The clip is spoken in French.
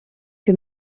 que